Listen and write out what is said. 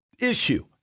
issue